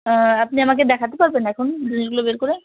হ্যাঁ আপনি আমাকে দেখাতে পারবেন এখন রিলগুলো বের করে